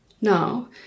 Now